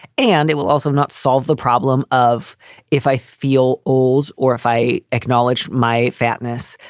and it will also not solve the problem of if i feel oles or if i acknowledge my fatness,